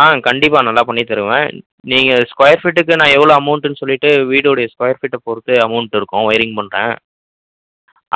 ஆ கண்டிப்பாக நல்லா பண்ணித் தருவேன் நீங்கள் ஸ்கொயர் ஃபீட்டுக்கு நான் எவ்வளோ அமௌண்ட்டுன்னு சொல்லிவிட்டு வீடோடைய ஸ்கொயர் ஃபீட்டை பொறுத்து அமௌண்ட் இருக்கும் ஒயரிங் பண்ணுற